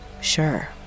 sure